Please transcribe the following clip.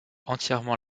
entièrement